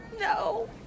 No